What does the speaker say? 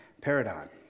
paradigm